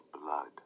blood